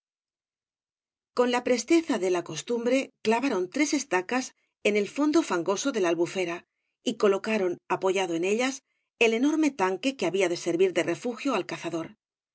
con la presteza de la costumbre clavaron tres eatacas en el fondo fangoso de la albufera y colocaron apoyado en ellas el enorme tanque que había de servir de refugio al caztador